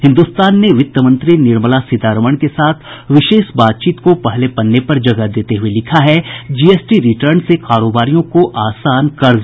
हिन्दुस्तान ने वित्त मंत्री निर्मला सीतारमण के साथ विशेष बातचीत को पहले पन्ने पर जगह देते हये लिखा है जीएसटी रिटर्न से कारोबारियों को आसान कर्ज